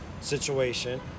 situation